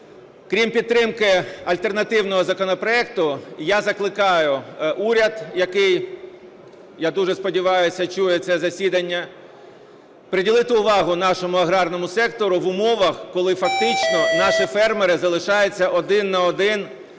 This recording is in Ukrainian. крім підтримки альтернативного законопроекту, я закликаю уряд, який, я дуже сподіваюся, чує це засідання, приділити увагу нашому аграрному сектору в умовах, коли фактично наші фермери залишаються один на один з дуже таким